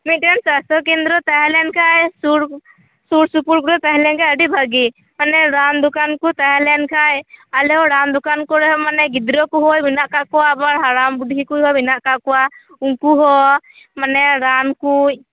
ᱢᱤᱫᱴᱟᱝ ᱥᱟᱥᱛᱚ ᱠᱮᱱᱫᱨᱚ ᱛᱟᱦᱮᱸ ᱞᱮᱱ ᱠᱷᱟᱡ ᱥᱩᱨ ᱥᱩᱨᱼᱥᱩᱯᱩᱨ ᱠᱚᱨᱮ ᱛᱟᱦᱮ ᱞᱮᱱᱠᱷᱟᱡ ᱟᱹᱰᱤ ᱵᱷᱟᱜᱮ ᱢᱟᱱᱮ ᱨᱟᱱ ᱫᱚᱠᱟᱱ ᱠᱚ ᱛᱟᱦᱮ ᱞᱮᱱᱠᱷᱟᱡ ᱟᱞᱮ ᱦᱩ ᱨᱟᱱ ᱫᱚᱠᱟᱱ ᱠᱚᱨᱮ ᱢᱟᱱᱮ ᱜᱤᱫᱽᱨᱟᱹ ᱠᱚᱦᱚ ᱦᱮᱱᱟᱜ ᱟᱠᱟᱫ ᱠᱚᱣᱟ ᱟᱵᱚ ᱦᱟᱲᱟᱢ ᱵᱩᱰᱷᱦᱤ ᱠᱚ ᱢᱮᱱᱟᱜ ᱟᱠᱟᱫ ᱠᱚᱣᱟ ᱩᱱᱠᱩ ᱦᱚ ᱢᱟᱱᱮ ᱨᱟᱱ ᱠᱚ